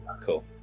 Cool